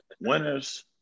Winners